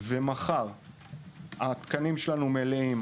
ומחר התקנים שלנו יהיו מלאים,